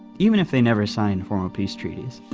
even if they never signed formal peace treaties.